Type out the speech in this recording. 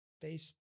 based